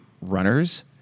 Runners